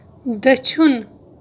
دٔچھُن